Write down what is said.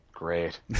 Great